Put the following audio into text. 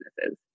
businesses